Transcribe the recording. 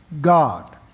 God